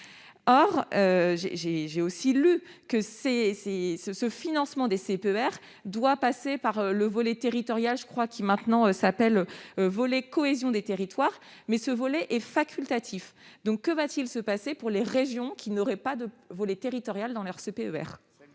Or j'ai aussi lu que le financement des CPER doit passer par le volet territorial, désormais nommé cohésion des territoires, qui est facultatif. Que va-t-il se passer pour les régions qui n'auraient pas de volet territorial dans leur CPER ?